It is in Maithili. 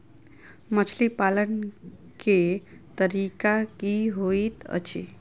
मछली पालन केँ तरीका की होइत अछि?